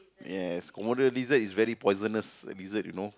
yes Komodo lizard is very poisonous the lizard you know